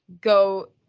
go